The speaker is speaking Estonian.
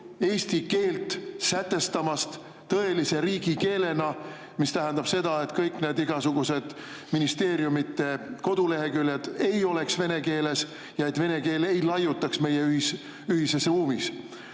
eesti keelt sätestamast tõelise riigikeelena, mis tähendab seda, et igasugused ministeeriumide koduleheküljed ei oleks vene keeles ja vene keel ei laiutaks meie ühises ruumis.